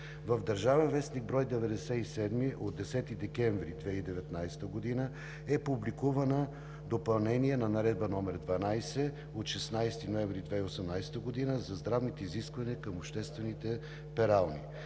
В „Държавен вестник“, брой 97 от 10 декември 2019 г. е публикувано допълнение на Наредба № 12 от 16 ноември 2018 г. за здравните изисквания към обществените перални.